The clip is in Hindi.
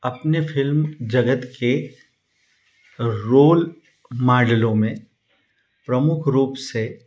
अपने फ़िल्म जगत के रोल मॉडलों में प्रमुख रूप से